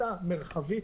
כתפיסה מרחבית.